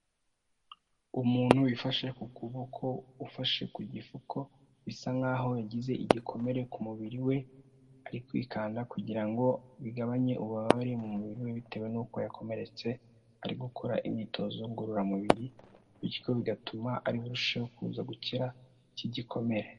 Umuntu wifashe ku kuboko, ufashe ku gifuko, bisa nkaho yagize igikomere ku mubiri we, ari kwikanda kugira ngo bigabanye ububabare mu mubiri we, bitewe n'uko yakomeretse ari gukora imyitozo ngororamubiri, bityo bigatuma ari burusheho kuza gukira iki gikomere.